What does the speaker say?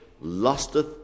lusteth